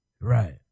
Right